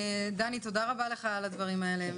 תודה רבה לך על הדברים האלה,